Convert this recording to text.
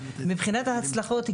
מבחינת ההצלחות,